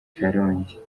karongi